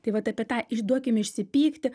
tai vat apie tą išduokim išsipykti